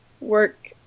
work